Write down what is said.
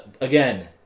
again